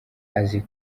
azi